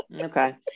okay